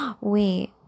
wait